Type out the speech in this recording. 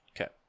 Okay